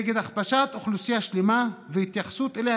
נגד הכפשת אוכלוסייה שלמה והתייחסות אליה